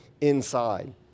inside